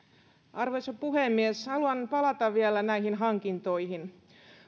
arvoisa puhemies haluan palata vielä näihin hankintoihin